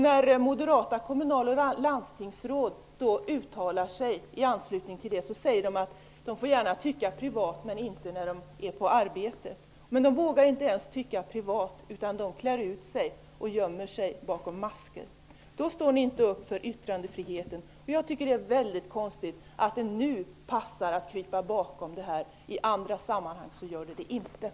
När moderata kommunal och landstingsråd uttalar sig i anslutning till detta säger de att personalen gärna får tycka privat men inte när den är på arbetet. Men de anställda vågar inte ens tycka privat utan klär ut sig och gömmer sig bakom masker. Då står ni inte upp för yttrandefriheten. Det är mycket konstigt att det nu passar att krypa bakom yttrandefriheten, men inte i andra sammanhang.